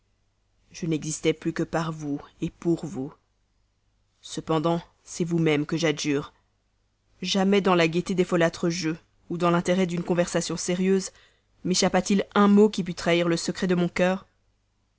je n'existais plus que par vous pour vous cependant c'est vous-même que j'adjure jamais dans la gaieté des folâtres jeux ou dans l'intérêt d'une conversation sérieuse méchappa t il un mot qui pût trahir le secret de mon cœur